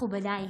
מכובדיי,